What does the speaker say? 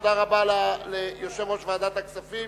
תודה רבה ליושב-ראש ועדת הכספים.